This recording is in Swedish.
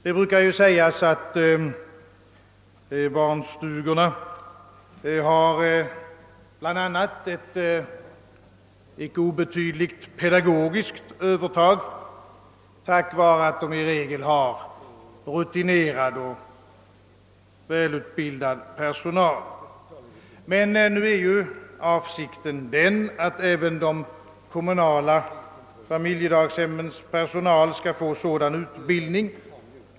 Det brukar sägas att barnstugorna bl.a. har ett icke obetydligt pedagogiskt. övertag tack vare att de i regel har rutinerad och välutbildad personal, men nu är ju avsikten den. att även de kommunala familjedaghemmens personal skall få sådan utbildning.